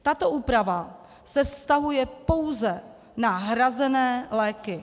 Tato úprava se vztahuje pouze na hrazené léky.